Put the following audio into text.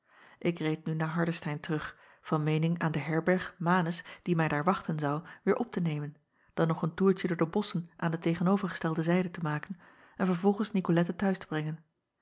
k reed nu naar ardestein terug van meening aan de herberg anus die mij daar wachten zou weêr op te nemen dan nog een toertje door de bosschen aan de tegenovergestelde zijde te maken en vervolgens icolette te huis te brengen